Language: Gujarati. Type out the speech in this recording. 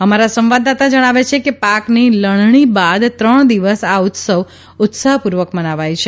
અમારા સંવાદદાતા જણાવે છે કે પાકની લણણી બાદ ત્રણ દિવસ આ ઉત્સવ ઉત્સાહપૂર્વક મનાવાય છે